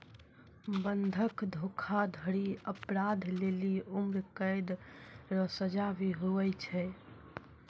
बंधक धोखाधड़ी अपराध लेली उम्रकैद रो सजा भी हुवै पारै